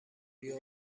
بیا